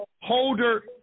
Holder